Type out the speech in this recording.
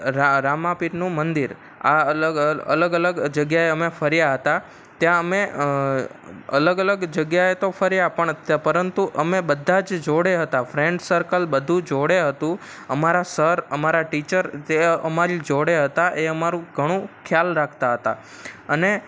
રા રામાપીરનું મંદિર આ અલગ અલગ અલગ જગ્યાએ અમે ફર્યા હતા ત્યાં અમે અલગ અલગ જગ્યાએ તો ફર્યા પણ ત પરંતુ અમે બધા જ જોડે હતા ફ્રેન્ડ સર્કલ બધું જોડે હતું અમારા સર અમારા ટીચર જે અમારી જોડે હતા એ અમારું ઘણું ખ્યાલ રાખતા હતા અને